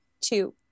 two